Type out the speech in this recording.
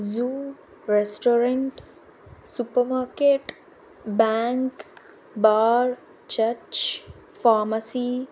zoo restaurant super market bank bar church pharmacy